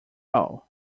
all